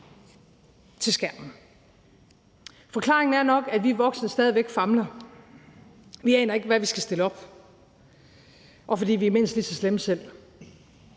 til skærmen? Forklaringen er nok, at vi voksne stadig væk famler og ikke aner, hvad vi skal stille op. Og fordi vi selv er mindst lige så slemme.